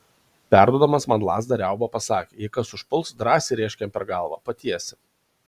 perduodamas man lazdą riauba pasakė jei kas užpuls drąsiai rėžk jam per galvą patiesi